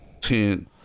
ten